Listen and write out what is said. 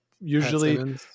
Usually